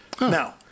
Now